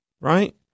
right